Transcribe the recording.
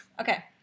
Okay